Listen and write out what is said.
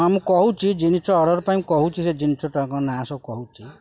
ହଁ ମୁଁ କହୁଛି ଜିନିଷ ଅର୍ଡ଼ର୍ ପାଇଁ କହୁଛି ସେ ଜିନିଷଟାଙ୍କ ନାଁ ସବୁ କହୁଛି